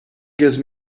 gives